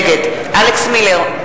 נגד אלכס מילר,